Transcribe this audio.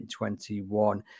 2021